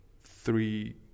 three